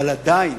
אבל עדיין